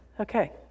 Okay